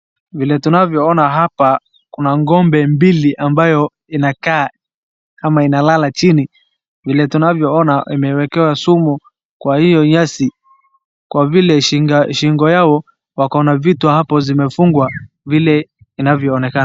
Vile tunavyoona hapa kuna ng'ombe mbili ambayo inakaa kama inalala chini. Vile tunavyoona imewekewa sumu kwa hiyo nyasi kwa vile shingo yao wakona vitu hapo zimefungwa vile inavyoonekana.